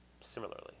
similarly